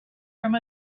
from